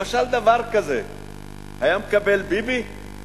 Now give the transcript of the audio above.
למשל דבר כזה היה ביבי מקבל?